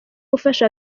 gufasha